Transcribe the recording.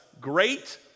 great